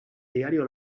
diario